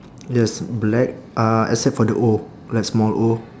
yes black uh except for the O like small O